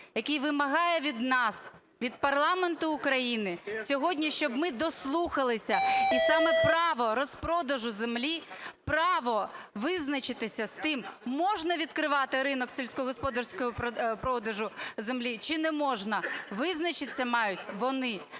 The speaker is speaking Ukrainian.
який вимагає від нас, від парламенту України сьогодні, щоб ми дослухалися. І саме право розпродажу землі, право визначитися з тим, можна відкривати ринок сільськогосподарського продажу землі чи не можна – визначитися мають вони.